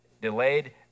delayed